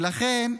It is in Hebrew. ולכן,